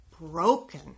broken